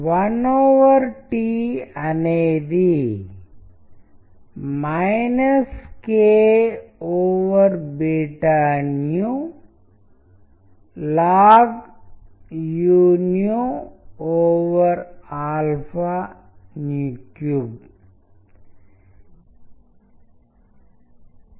వారి స్వంత యోగ్యతతో ఒక చిత్రాన్ని కమ్యూనికేట్ చేయగలిగారు ఇది పారిస్ అనే పదానికి కేంద్రీకృతమై చిత్రంలో మీరు ఇక్కడ చూడగలిగినట్లుగా కొన్ని విషయాలను తెలియజేయగలిగారు